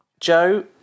Joe